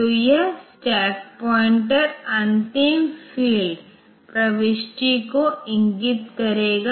तो यह stack pointer अंतिम फ़ील्ड प्रविष्टि को इंगित करेगा